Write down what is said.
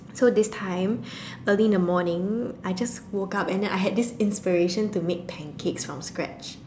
so this time early in the morning I just woke up and I had this inspiration to make pancakes from scratch